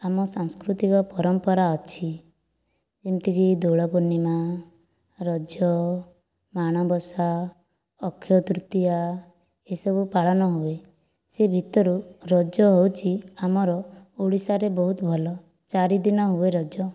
ଆମ ସାଂସ୍କୃତିକ ପରମ୍ପରା ଅଛି ଯେମିତିକି ଦୋଳପୂର୍ଣ୍ଣିମା ରଜ ମାଣବସା ଅକ୍ଷୟ ତୃତୀୟା ଏହିସବୁ ପାଳନ ହୁଏ ସେ ଭିତରୁ ରଜ ହେଉଛି ଆମର ଓଡ଼ିଶାରେ ବହୁତ ଭଲ ଚାରିଦିନ ହୁଏ ରଜ